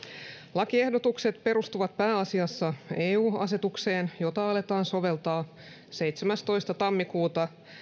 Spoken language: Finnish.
lakiehdotukset perustuvat pääasiassa eu asetukseen jota aletaan soveltaa seitsemästoista tammikuuta